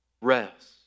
Rest